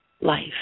life